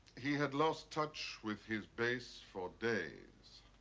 he had lost touch with his base for days.